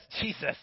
Jesus